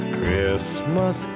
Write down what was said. Christmas